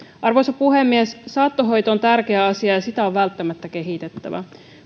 arvoisa puhemies saattohoito on tärkeä asia ja sitä on välttämättä kehitettävä